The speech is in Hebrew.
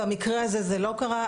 במקרה הזה זה לא קרה,